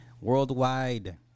Worldwide